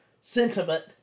sentiment